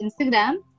Instagram